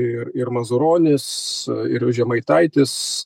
ir ir mazuronis ir žemaitaitis